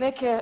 Neke